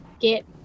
get